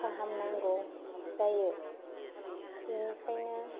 फाहामनांगौ जायो बेनिखायनो